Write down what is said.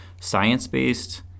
science-based